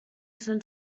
són